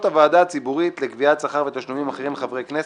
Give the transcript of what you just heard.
הוועדה הציבורית לקביעת שכר ותשלומים אחרים לחברי הכנסת,